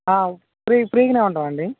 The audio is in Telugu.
ఫ్రీ ఫ్రీగానే ఉంటామండి